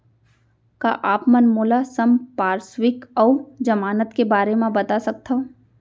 का आप मन मोला संपार्श्र्विक अऊ जमानत के बारे म बता सकथव?